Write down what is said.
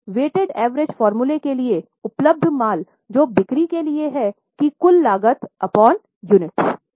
तो weighted average फार्मूले के लिए उपलब्ध माल जो बिक्री के लिए हैं की कुल लागत अपॉन यूनिट्स